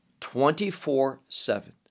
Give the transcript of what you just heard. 24-7